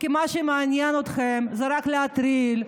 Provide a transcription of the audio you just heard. מה שמעניין אתכם זה רק להטריל,